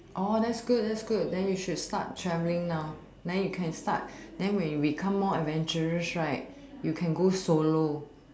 that's good that's good then you should start travelling now then you can start then when we become more adventurous right you can go solo